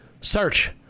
Search